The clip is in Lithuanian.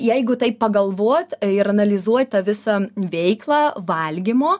jeigu taip pagalvot ir analizuot tą visą veiklą valgymo